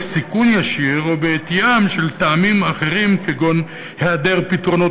סיכון ישיר ובעטיים של טעמים אחרים כגון היעדר פתרונות